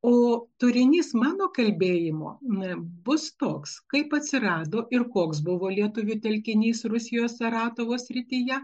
o turinys mano kalbėjimo bus toks kaip atsirado ir koks buvo lietuvių telkinys rusijos saratovo srityje